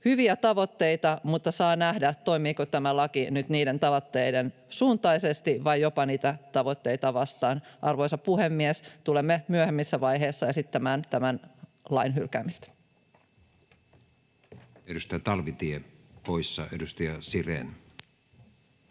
Hyviä tavoitteita, mutta saa nähdä, toimiiko tämä laki nyt niiden tavoitteiden suuntaisesti vai jopa niitä tavoitteita vastaan. Arvoisa puhemies! Tulemme myöhemmässä vaiheessa esittämään tämän lain hylkäämistä. Edustaja Talvitie poissa. — Edustaja Sirén.